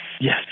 Yes